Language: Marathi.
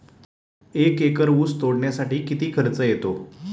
एक एकर ऊस तोडणीसाठी किती खर्च येतो?